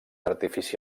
artifici